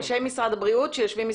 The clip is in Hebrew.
אנשי משרד הבריאות שיושבים לשמאלך?